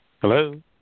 Hello